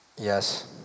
yes